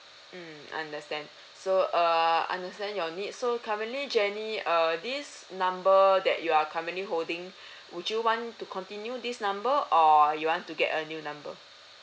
mm understand so err understand your needs so currently jenny err this number that you are currently holding would you want to continue this number or you want to get a new number